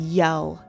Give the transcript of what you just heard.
yell